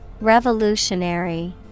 Revolutionary